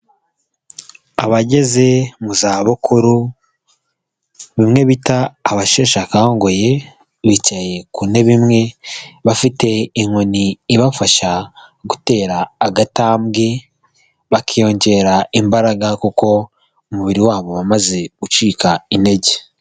Abageze mu zabukuru, bimwe bita abasheshe akanguhe bicaye ku ntebe imwe, bafite inkoni ibafasha gutera agatambwe, bakiyongera imbaraga kuko umubiri wabo wamaze gucika intege.